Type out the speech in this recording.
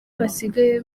basigaye